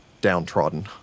downtrodden